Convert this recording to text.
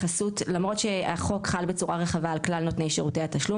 למרות שהחוק חל בצורה רחבה על כלל שירותי נותני התשלום,